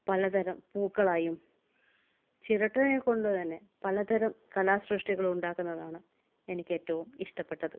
പലതരം പൂക്കളായും ചിരട്ടയെ കൊണ്ട് തന്നെ പലതരം കലാസൃഷ്ടികൾ ഉണ്ടാക്കുന്നതാണ് എനിക്ക് ഏറ്റവും ഇഷ്ടപ്പെട്ടത്